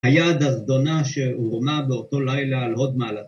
‫היד הזדונה שהורמה באותו לילה ‫על הוד מעלתה.